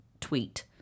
tweet